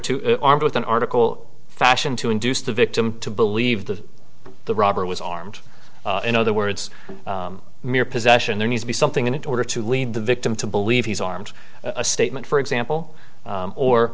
to armed with an article fashion to induce the victim to believe that the robber was armed in other words mere possession there need to be something in order to lead the victim to believe he's armed a statement for example